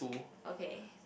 okay